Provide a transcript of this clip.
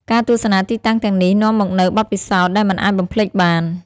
ការទស្សនាទីតាំងទាំងនេះនឹងនាំមកនូវបទពិសោធន៍ដែលមិនអាចបំភ្លេចបាន។